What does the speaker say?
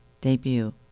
debut